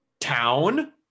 town